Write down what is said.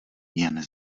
jen